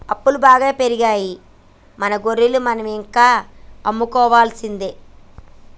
అప్పులు బాగా పెరిగిపోయాయి మన గొర్రెలు మనం ఇంకా అమ్ముకోవాల్సిందే